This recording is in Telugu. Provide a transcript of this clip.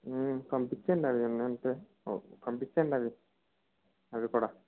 పంపించండి అది మేము పంపించండి అది అది కూడా